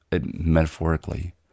metaphorically